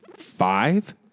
five